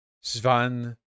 Svan